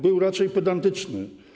Był raczej pedantyczny.